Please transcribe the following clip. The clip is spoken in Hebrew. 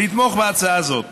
לתמוך בהצעה הזאת.